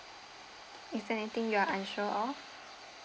is anything you are unsure of